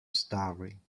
starving